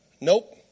Nope